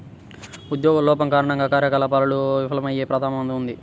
ఉద్యోగుల లోపం కారణంగా కార్యకలాపాలు విఫలమయ్యే ప్రమాదం ఉంది